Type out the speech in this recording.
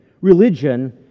Religion